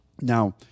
Now